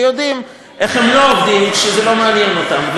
ויודעים איך הם לא עובדים כשזה לא מעניין אותם.